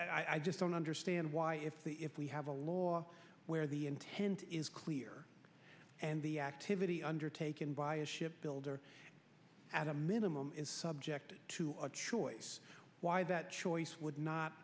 just i just don't understand why if the if we have a law where the intent is clear and the activity undertaken by a ship builder at a minimum is subject to a choice why that choice would not